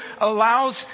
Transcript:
allows